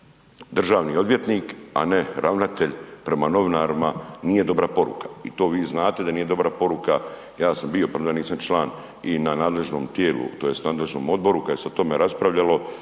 državni odvjetnik, a ne ravnatelj, prema novinarima nije dobra poruka i to vi znate da nije dobra poruka, ja sam bio premda nisam član i na nadležnom tijelu tj. nadležnom odboru kad se je o tome raspravljali,